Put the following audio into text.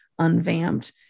unvamped